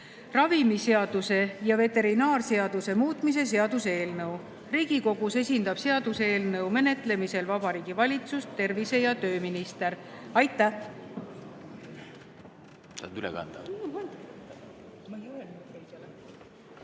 ravimiseaduse ja veterinaarseaduse muutmise seaduse eelnõu. Riigikogus esindab seaduseelnõu menetlemisel Vabariigi Valitsust tervise- ja tööminister. Aitäh!